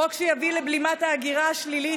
חוק שיביא לבלימת ההגירה השלילית,